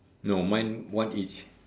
no mine one each